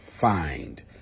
find